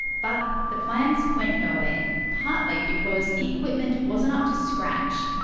but the plans went nowhere partly because the equipment wasn't up to scratch.